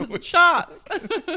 Shots